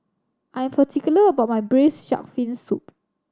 I am particular about my braise shark fin soup